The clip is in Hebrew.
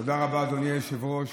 תודה רבה, אדוני היושב-ראש.